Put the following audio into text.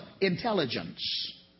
intelligence